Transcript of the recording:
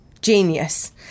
Genius